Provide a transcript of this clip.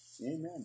Amen